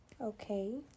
Okay